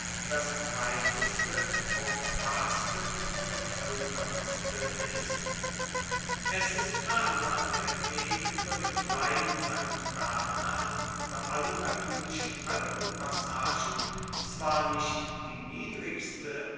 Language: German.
das breiteste fruchtbarste und bevoelkertste ist es ist ferner der weg ueber den kleinen st bernhard unter allen natuerlichen alpenpassagen zwar nicht die niedrigste